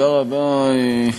אדוני היושב-ראש, תודה רבה,